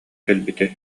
кэлбитэ